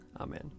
Amen